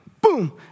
Boom